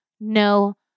no